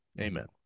Amen